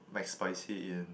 McSpicy in